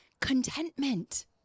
contentment